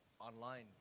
online